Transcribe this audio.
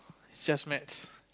is just maths